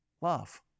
love